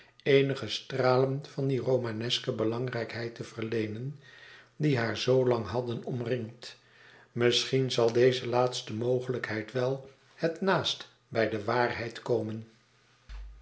eenige stralen van die romaneske belangrijkheid te verleenen die haar zoo lang hadden omringd misschien zal deze laatste mogelijkheid wel het naast bij de waarheid komen